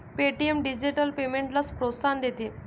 Paytm digital पेमेंट्सला प्रोत्साहन देते